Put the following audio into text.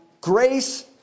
grace